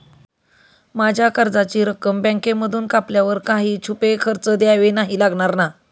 माझ्या कर्जाची रक्कम बँकेमधून कापल्यावर काही छुपे खर्च द्यावे नाही लागणार ना?